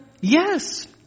Yes